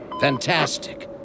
Fantastic